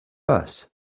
fas